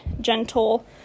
gentle